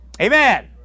Amen